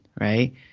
right